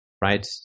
right